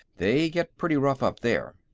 they get pretty rough up there.